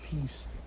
peace